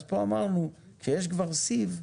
פה אמרנו שכאשר יש כבר סיב,